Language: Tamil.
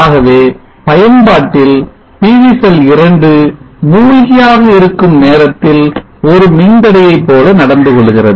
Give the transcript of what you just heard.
ஆகவே பயன்பாட்டில் PV செல் 2 மூழ்கியாக இருக்கும் நேரத்தில் ஒரு மின்தடையை போல நடந்துகொள்கிறது